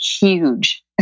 huge